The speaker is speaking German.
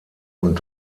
und